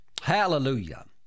Hallelujah